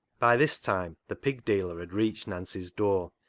by this time the pig-dealer had reached nancy's door,